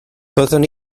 byddwn